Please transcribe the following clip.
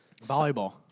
Volleyball